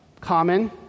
common